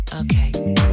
Okay